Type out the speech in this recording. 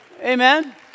Amen